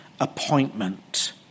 appointment